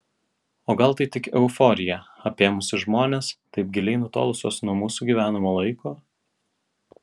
o gal tai tik euforija apėmusi žmones taip giliai nutolusius nuo mūsų gyvenamo laiko